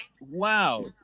Wow